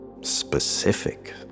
specific